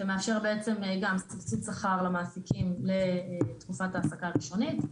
שמאפשר בעצם גם סיבסוד שכר למעסיקים לתקופת ההעסקה הראשונית,